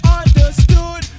understood